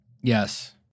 Yes